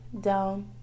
down